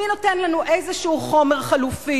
מי נותן לנו בדל של חומר חלופי?